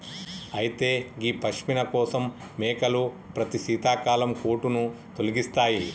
అయితే గీ పష్మిన కోసం మేకలు ప్రతి శీతాకాలం కోటును తొలగిస్తాయి